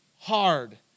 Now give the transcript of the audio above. hard